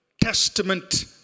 Testament